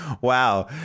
Wow